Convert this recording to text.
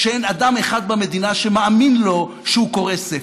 כשאין אדם אחד במדינה שמאמין לו שהוא קורא ספר.